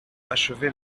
achever